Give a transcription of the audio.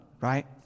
right